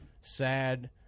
sad